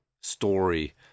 story